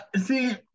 See